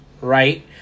right